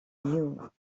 knew